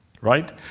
Right